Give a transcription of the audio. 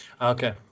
Okay